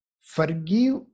Forgive